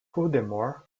furthermore